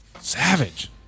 Savage